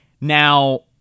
Now